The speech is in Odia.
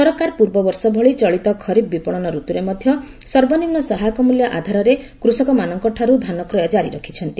ସରକାର ପୂର୍ବବର୍ଷ ଭଳି ଚଳିତ ଖରିଫ ବିପଣନ୍ ରତୁରେ ମଧ୍ୟ ସର୍ବନିମ୍ନ ସହାୟକ ମୂଲ୍ୟ ଆଧାରରେ କୃଷକମାନଙ୍କଠାରୁ ଧାନକ୍ରୟ ଜାରି ରଖିଛନ୍ତି